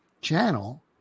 Channel